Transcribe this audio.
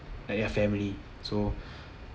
like their family so